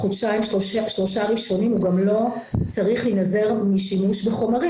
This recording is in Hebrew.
בחודשיים-שלושה הראשונים הוא גם לא צריך להתנזר משימוש בחומרים,